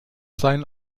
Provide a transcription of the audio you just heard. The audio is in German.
sein